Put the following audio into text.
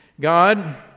God